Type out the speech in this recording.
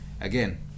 again